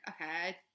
okay